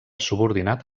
subordinat